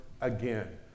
again